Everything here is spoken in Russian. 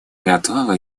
готовы